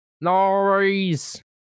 Noise